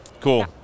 Cool